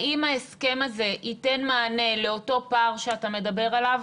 האם ההסכם הזה ייתן מענה לאותו פער שאתה מדבר עליו?